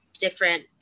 different